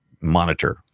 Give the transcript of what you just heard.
monitor